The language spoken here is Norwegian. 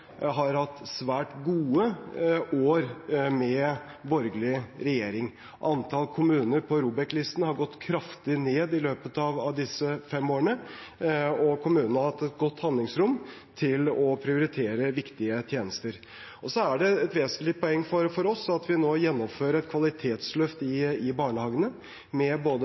har hatt svært gode år med borgerlig regjering. Antall kommuner på ROBEK-listen har gått kraftig ned i løpet av disse fem årene, og kommunene har hatt et godt handlingsrom til å prioritere viktige tjenester. Og så er det et vesentlig poeng for oss at vi nå gjennomfører et kvalitetsløft i barnehagene med